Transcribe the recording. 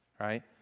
Right